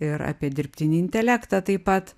ir apie dirbtinį intelektą taip pat